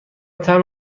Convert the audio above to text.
طعم